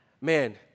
man